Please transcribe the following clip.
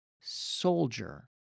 soldier